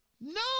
no